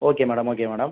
okay madam okay madam